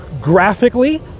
graphically